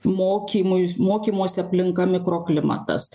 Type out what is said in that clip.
mokymui mokymosi aplinka mikroklimatas